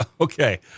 Okay